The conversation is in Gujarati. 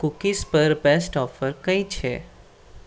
કૂકીઝ પર બેસ્ટ ઑફર કઈ છે